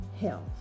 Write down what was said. health